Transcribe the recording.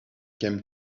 came